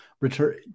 return